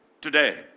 today